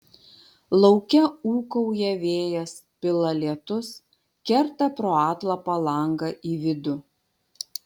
lauke ūkauja vėjas pila lietus kerta pro atlapą langą į vidų